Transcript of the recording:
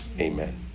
amen